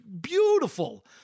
beautiful